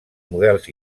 models